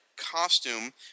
costume